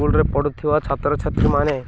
ସ୍କୁଲରେ ପଢ଼ୁଥିବା ଛାତ୍ରଛାତ୍ରୀ ମାନେ